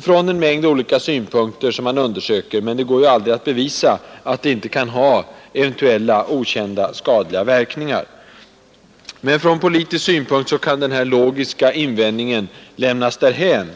från en mängd olika synpunkter som man undersöker. Men det går ju aldrig att bevisa att det inte kan ha eventuella okända skadliga verkningar. Från politisk synpunkt kan dock denna logiska invändning lämnas därhän.